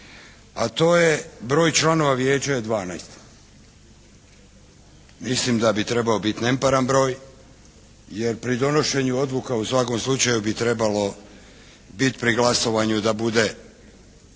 a to je, broj članova vijeća je 12. Mislim da bi trebao biti neparan broj jer pri donošenju odluka u svakom slučaju bi trebalo biti pri glasovanju da bude